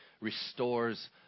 restores